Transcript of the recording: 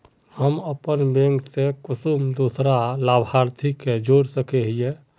हम अपन बैंक से कुंसम दूसरा लाभारती के जोड़ सके हिय?